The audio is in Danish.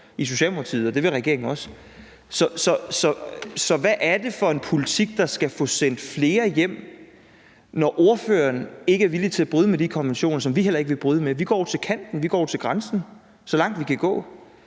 i Socialdemokratiet også, og det vil regeringen også. Så hvad er det for en politik, der skal til, for at der bliver sendt flere hjem, når ordføreren ikke er villig til at bryde med de konventioner, som vi heller ikke vil bryde med? Vi går jo til grænsen; vi går, så langt vi kan gå.